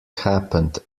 happened